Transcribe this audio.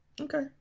Okay